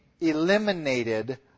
eliminated